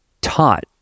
taught